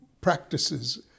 practices